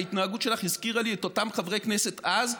ההתנהגות שלך הזכירה לי את אותם חברי כנסת אז,